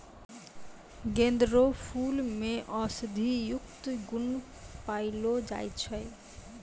गेंदा रो फूल मे औषधियुक्त गुण पयलो जाय छै